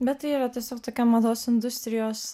bet tai yra tiesiog tokia mados industrijos